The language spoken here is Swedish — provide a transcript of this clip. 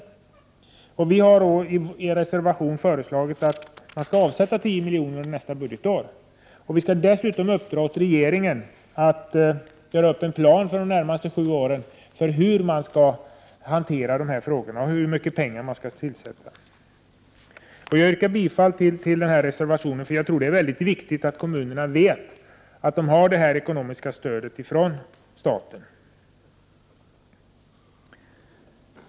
Viicentern har i reservation 2 föreslagit att 10 milj.kr. under nästa budgetår skall avsättas till åtgärder mot översvämningar. Vi vill dessutom ge regeringen i uppdrag att göra upp en plan för de närmaste sju åren för hur dessa frågor skall hanteras och hur mycket pengar som skall tilldelas för dessa åtgärder. Jag yrkar bifall till reservation 2, eftersom jag tror att det är mycket viktigt att kommunerna vet att de får detta ekonomiska stöd från staten.